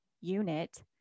unit